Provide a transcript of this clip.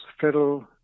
Federal